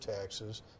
taxes